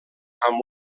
amb